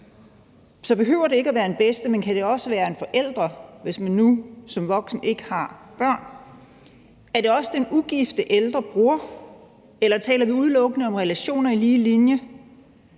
Så behøver det ikke at være en bedste, men kan det også være en forælder, hvis man som voksen ikke har børn? Er det også den ugifte ældre bror, eller taler vi udelukkende om relationer i lige linje?